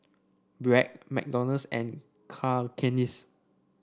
Bragg McDonald's and Cakenis